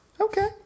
Okay